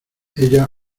ella